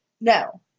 no